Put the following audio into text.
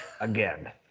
again